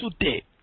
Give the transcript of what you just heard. today